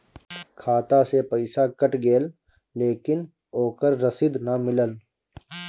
खाता से पइसा कट गेलऽ लेकिन ओकर रशिद न मिलल?